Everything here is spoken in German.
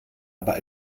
aber